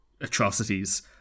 atrocities